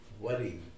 wedding